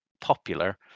popular